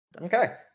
Okay